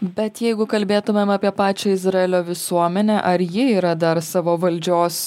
bet jeigu kalbėtumėm apie pačią izraelio visuomenę ar ji yra dar savo valdžios